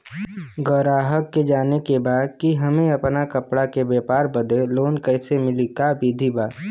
गराहक के जाने के बा कि हमे अपना कपड़ा के व्यापार बदे लोन कैसे मिली का विधि बा?